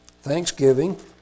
Thanksgiving